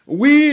Oui